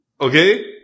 Okay